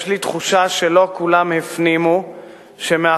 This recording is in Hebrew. יש לי תחושה שלא כולם הפנימו שמאחורי